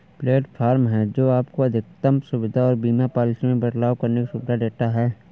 platform है, जो आपको अधिकतम सुविधा और बीमा पॉलिसी में बदलाव करने की सुविधा देता है